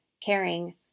caring